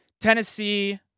Tennessee